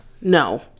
No